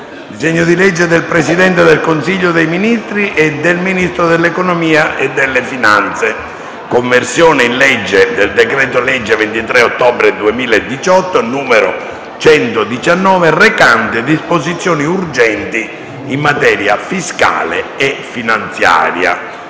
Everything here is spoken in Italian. disegno di legge: *dal Presidente del Consiglio dei ministri e dal Ministro dell'economia e delle finanze:* «Conversione in legge del decreto-legge 23 ottobre 2018, n. 119, recante disposizioni urgenti in materia fiscale e finanziaria»